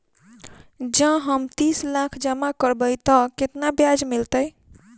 जँ हम तीस लाख जमा करबै तऽ केतना ब्याज मिलतै?